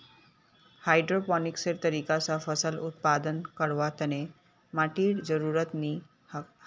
हाइड्रोपोनिक्सेर तरीका स फसल उत्पादन करवार तने माटीर जरुरत नी हछेक